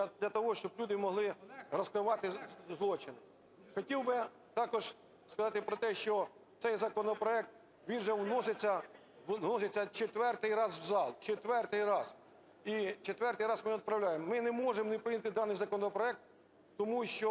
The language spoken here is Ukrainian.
для того, щоб люди могли розкривати злочини. Хотів би також сказати про те, що цей законопроект, він вже вноситься четвертий раз в зал, четвертий раз, і в четвертий раз ми його відправляємо. Ми не можемо не прийняти даний законопроект, тому що